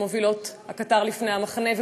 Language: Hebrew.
הקטר לפני המחנה,